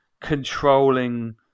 controlling